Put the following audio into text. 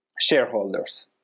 shareholders